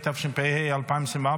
התשפ"ה 2024,